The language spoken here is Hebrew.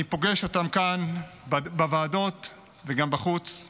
אני פוגש אותם כאן בוועדות וגם בחוץ,